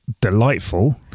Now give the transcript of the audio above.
Delightful